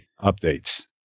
updates